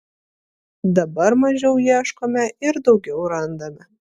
dabar mažiau ieškome ir daugiau randame